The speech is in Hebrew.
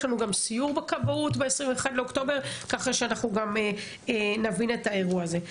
יש לנו גם סיור בכבאות ב-21 לאוקטובר כך שאנחנו גם נבין את האירוע הזה.